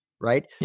right